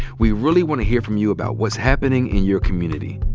we really wanna hear from you about what's happening in your community.